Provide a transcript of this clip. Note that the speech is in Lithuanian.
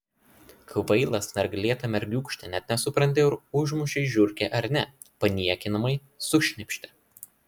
kvaila snarglėta mergiūkšte net nesupranti ar užmušei žiurkę ar ne paniekinamai sušnypštė